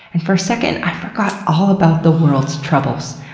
and for a second, i forgot all about the world's troubles.